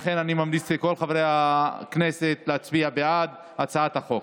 לכן אני ממליץ לכל חברי הכנסת להצביע בעד הצעת החוק.